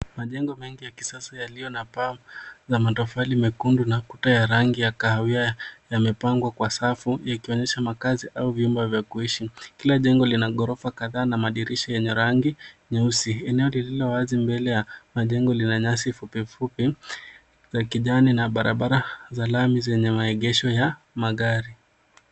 Majengo mengi ya kisasa yaliyo na paa na matofali mekundu na kuta ya rangi ya kahawia yamepangwa kwa safu, yakionyesha makazi au vyumba vya kuishi. Kila jengo lina gorofa kadhaa na madirisha yenye rangi nyeusi. Eneo lililo wazi mbele ya majengo lina nyasi fupifupi na barabara za lami zenye maegesho ya magari.